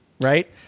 Right